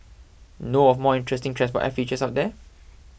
know of more interesting transport app features out there